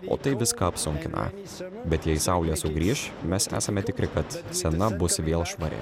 o tai viską apsunkina bet jei saulė sugrįš mes esame tikri kad sena bus vėl švari